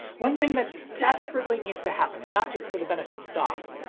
one thing that desperately needs to happen, and not just for the benefit of docks,